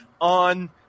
on